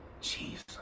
Jesus